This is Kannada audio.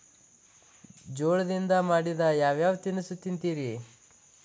ಜೋಳದಿಂದ ಮಾಡಿದ ಯಾವ್ ಯಾವ್ ತಿನಸು ತಿಂತಿರಿ?